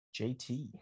JT